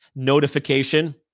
notification